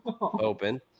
open